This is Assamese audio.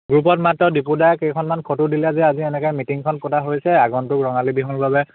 গ্ৰুপত মাত্ৰ দিপুদাই কেইখনমান ফটো দিলে যে আজি এনেকৈ মিটিংখন পতা হৈছে আগন্তুক ৰঙালী বিহুৰ বাবে